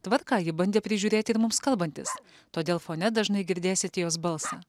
tvarką ji bandė prižiūrėti ir mums kalbantis todėl fone dažnai girdėsit jos balsą